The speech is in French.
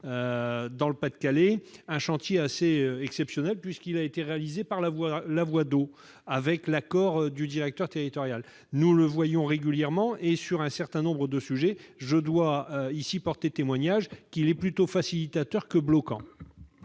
dans le Pas-de-Calais a été assez exceptionnel, car il a été réalisé par la voie d'eau, avec l'accord du directeur territorial. Nous le constatons régulièrement et, sur un certain nombre de sujets, je peux témoigner du fait que VNF est plutôt facilitateur que bloquant.